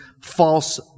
false